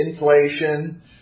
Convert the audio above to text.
inflation